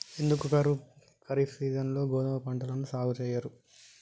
ఎందుకు ఖరీఫ్ సీజన్లో గోధుమ పంటను సాగు చెయ్యరు?